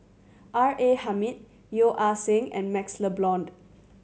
R A Hamid Yeo Ah Seng and MaxLe Blond